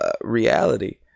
reality